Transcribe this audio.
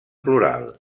plural